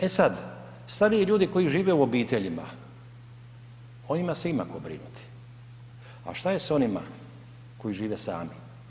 E sad, stariji ljudi koji žive u obiteljima, o njima se ima ko brinuti a šta je sa onima koji žive sami?